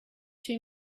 too